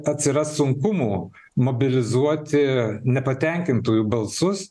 ir atsiras sunkumų mobilizuoti nepatenkintųjų balsus